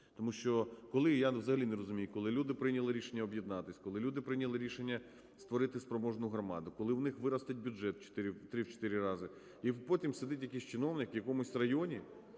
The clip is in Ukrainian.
Тому що, коли… Я взагалі не розумію, коли люди прийняли рішення об'єднатися, коли люди прийняли рішення створити спроможну громаду, коли у них виросте бюджет в 3-4 рази, і потім сидить якийсь чиновник в якомусь районі